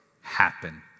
happen